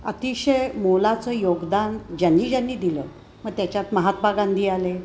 अतिशय मोलाचं योगदान ज्यांनी ज्यांनी दिलं मग त्याच्यात महात्मा गांधी आले